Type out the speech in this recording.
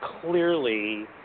clearly